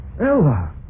Ella